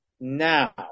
now